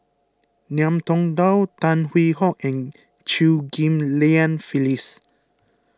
Ngiam Tong Dow Tan Hwee Hock and Chew Ghim Lian Phyllis